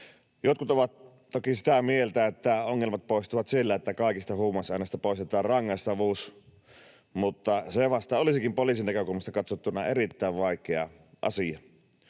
Jotkut ovat toki sitä mieltä, että ongelmat poistuvat sillä, että kaikista huumausaineista poistetaan rangaistavuus, mutta se vasta olisikin poliisin näkökulmasta katsottuna erittäin vaikea asia.